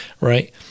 right